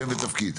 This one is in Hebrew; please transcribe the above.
שם ותפקיד.